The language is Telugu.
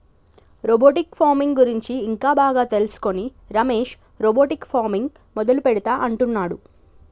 రోబోటిక్ ఫార్మింగ్ గురించి ఇంకా బాగా తెలుసుకొని రమేష్ రోబోటిక్ ఫార్మింగ్ మొదలు పెడుతా అంటున్నాడు